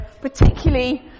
particularly